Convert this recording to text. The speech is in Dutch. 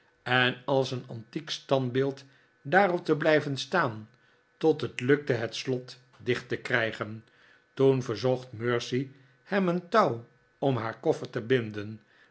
en als een antiek standbeeld daarop te blijven staan tot het lukte het slot dicht te krijgen toen verzocht mercy hem een touw om haar koffer te binden